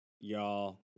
y'all